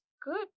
good